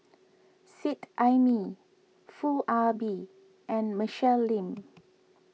Seet Ai Mee Foo Ah Bee and Michelle Lim